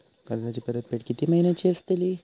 कर्जाची परतफेड कीती महिन्याची असतली?